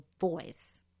voice